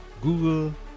Google